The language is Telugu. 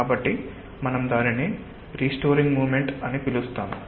కాబట్టి మనం దానిని రిస్టోరింగ్ మోమెంట్ అని పిలుస్తాము